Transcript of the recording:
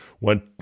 Went